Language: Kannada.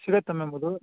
ಸಿಗುತ್ತಾ ಮ್ಯಾಮ್ ಅದು